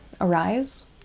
arise